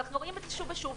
ואנחנו רואים את זה שוב ושוב.